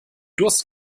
durst